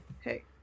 hey